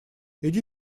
иди